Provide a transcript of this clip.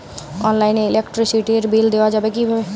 অনলাইনে ইলেকট্রিসিটির বিল দেওয়া যাবে কিভাবে?